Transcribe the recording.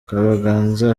kabaganza